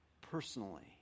Personally